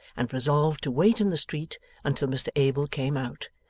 and resolved to wait in the street until mr abel came out,